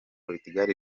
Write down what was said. portugal